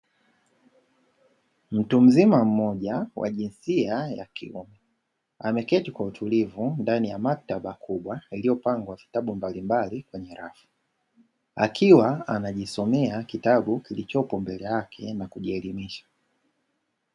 Mtu mzima mmoja wa jinsia ya kiume, ameketi kwa utulivu ndani ya maktaba kubwa iliyopangwa vitabu mbalimbali kwenye rafu, akiwa anajisomea kitabu kilichopo mbele yake na kujielimisha.